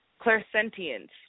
clairsentience